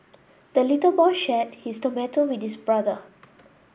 the little boy shared his tomato with his brother